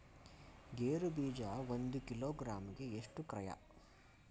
ಗೇರು ಬೀಜ ಒಂದು ಕಿಲೋಗ್ರಾಂ ಗೆ ಎಷ್ಟು ಕ್ರಯ?